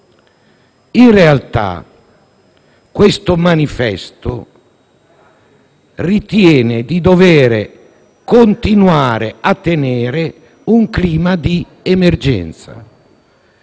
In realtà, questo manifesto ritiene di dover continuare a tenere un clima di emergenza.